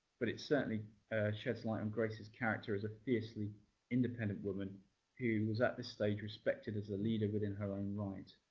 but it certainly sheds light on grace's character as a fiercely independent woman who was, at this stage, respected as a leader within her own right.